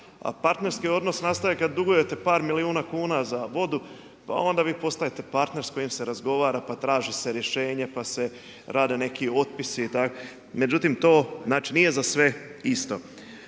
A partnerski odnos nastaje kada dugujete par milijuna kuna za vodu, pa onda vi postajete partner s kojim se razgovara, pa traži se rješenje, pa se rade neki otpisi, međutim to nije za sve isto.